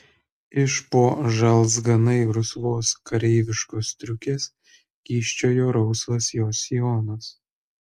iš po žalzganai rusvos kareiviškos striukės kyščiojo rausvas jos sijonas